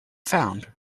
found